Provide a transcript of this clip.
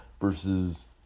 Versus